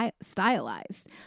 stylized